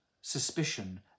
suspicion